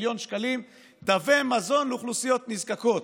מיליון שקלים תווי מזון לאוכלוסיות נזקקות.